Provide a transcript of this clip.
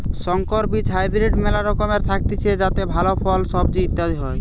সংকর বীজ হাইব্রিড মেলা রকমের থাকতিছে যাতে ভালো ফল, সবজি ইত্যাদি হয়